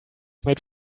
made